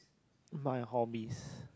my hobbies